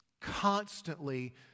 constantly